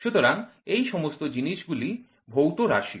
সুতরাং এই সমস্ত জিনিস গুলি ভৌত রাশি